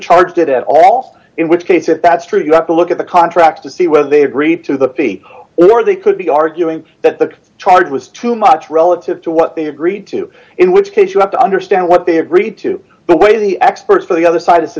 charge it at all in which case if that's true you have to look at the contract to see whether they agreed to the fee or they could be arguing that the charge was too much relative to what they agreed to in which case you have to understand what they agreed to but what are the experts for the other side